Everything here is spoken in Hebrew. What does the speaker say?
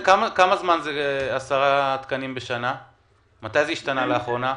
מתי זה השתנה לאחרונה?